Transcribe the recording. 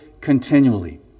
continually